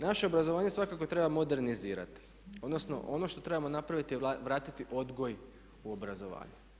Naše obrazovanje svakako treba modernizirati, odnosno ono što trebamo napraviti je vratiti odgoj u obrazovanje.